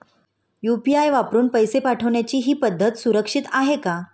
UPI वापरून पैसे पाठवणे ही पद्धत सुरक्षित आहे का?